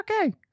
okay